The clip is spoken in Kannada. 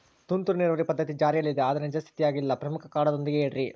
ತುಂತುರು ನೇರಾವರಿ ಪದ್ಧತಿ ಜಾರಿಯಲ್ಲಿದೆ ಆದರೆ ನಿಜ ಸ್ಥಿತಿಯಾಗ ಇಲ್ಲ ಪ್ರಮುಖ ಕಾರಣದೊಂದಿಗೆ ಹೇಳ್ರಿ?